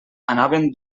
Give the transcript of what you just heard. anaven